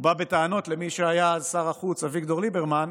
הוא בא בטענות למי שהיה אז שר החוץ אביגדור ליברמן,